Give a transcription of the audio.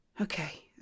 okay